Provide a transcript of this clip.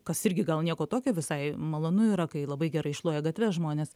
kas irgi gal nieko tokio visai malonu yra kai labai gerai šluoja gatves žmonės